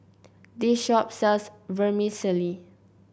this shop sells Vermicelli